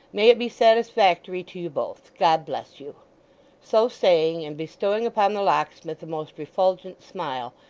may it be satisfactory to you both! god bless you so saying, and bestowing upon the locksmith a most refulgent smile,